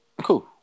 Cool